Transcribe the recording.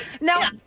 Now